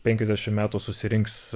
penkiasdešimt metų susirinks